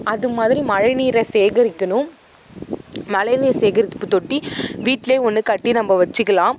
அதுமாதிரி மழைநீரை சேகரிக்கணும் மழைநீர் சேகரிப்புத்தொட்டி வீட்டுலேயே ஒன்று கட்டி நம்ம வெச்சுக்கலாம்